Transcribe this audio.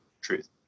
truth